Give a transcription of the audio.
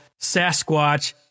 Sasquatch